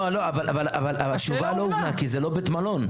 לא אבל התשובה לא הובנה כי זה לא בית מלון,